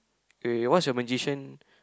wait wait what's your magician